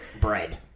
bread